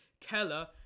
Keller